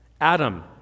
Adam